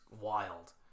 wild